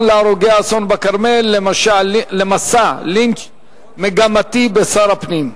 להרוגי האסון בכרמל למסע לינץ' מגמתי בשר הפנים.